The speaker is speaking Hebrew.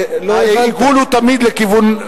העיגול הוא תמיד לכיוון,